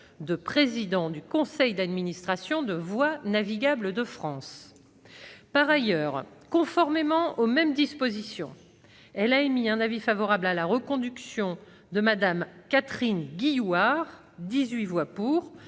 de président du conseil d'administration de Voies navigables de France. Par ailleurs, conformément aux mêmes dispositions, elle a émis un avis favorable- 18 voix pour -à la reconduction de Mme Catherine Guillouard aux fonctions